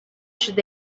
should